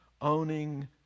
owning